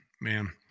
Man